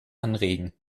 anregen